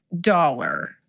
dollar